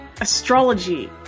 Astrology